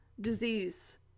disease